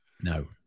No